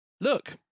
look